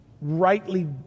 rightly